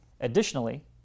Additionally